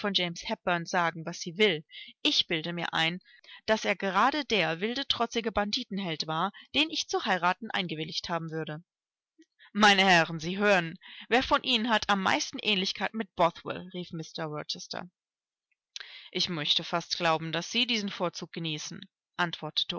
sagen was sie will ich bilde mir ein daß er gerade der wilde trotzige banditenheld war den ich zu heiraten eingewilligt haben würde meine herren sie hören wer von ihnen hat am meisten ähnlichkeit mit bothwell rief mr rochester ich möchte fast glauben daß sie diesen vorzug genießen